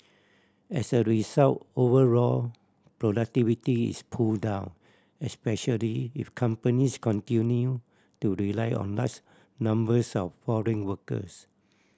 as a result overall productivity is pulled down especially if companies continue to rely on large numbers of foreign workers